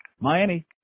Miami